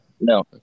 No